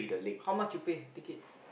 how much you pay ticket